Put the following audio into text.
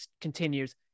continues